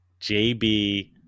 JB